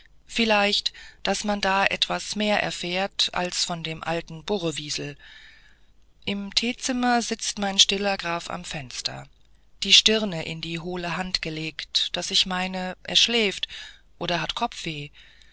vielleicht daß man da etwas mehr erfährt als von dem alten burrewisl im teezimmer sitzt mein stiller graf am fenster die stirne in die hohle hand gelegt daß ich meine er schläft oder hat kopfweh